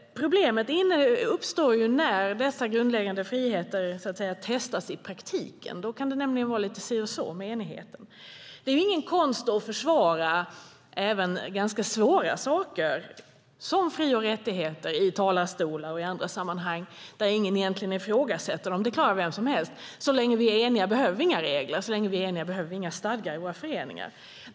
Problemet uppstår när dessa grundläggande friheter så att säga testas i praktiken. Då kan det vara lite si och så med enigheten. Det är ingen konst att försvara även ganska svåra saker, som fri och rättigheter, i talarstolar och i andra sammanhang där ingen egentligen ifrågasätter dem. Det klarar vem som helst. Så länge vi är eniga behöver vi inga regler. Och så länge vi är eniga behöver vi inga stadgar i våra föreningar.